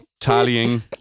tallying